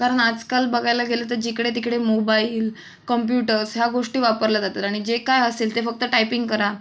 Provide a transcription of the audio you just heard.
कारण आजकाल बघायला गेलं तर जिकडे तिकडे मोबाईल कम्प्युटर्स ह्या गोष्टी वापरल्या जातात आणि जे काय असेल ते फक्त टायपिंग करा